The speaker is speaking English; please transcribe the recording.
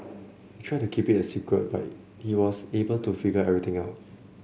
they tried to keep it a secret but he was able to figure everything out